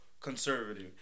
conservative